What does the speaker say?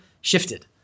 shifted